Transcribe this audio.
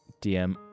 DM